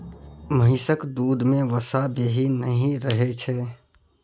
महिषक दूध में वसा बेसी नहि रहइ छै